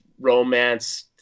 romance